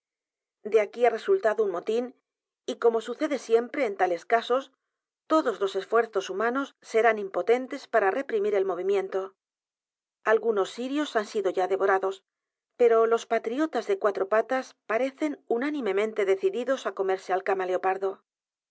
de aquí h a resultado un motín y como sucede siempre en tales casos todos los esfuerzos humanos serán impotentes para reprimir el m o v i m i e n t o algunos sirios han sido ya devorados pero los patriotas de cuatro patas parecen unánimemente decididos á comerse el